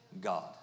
God